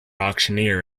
auctioneer